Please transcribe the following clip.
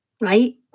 right